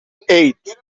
eight